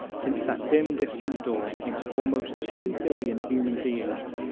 since that dim distant dawn, into almost two billion human beings,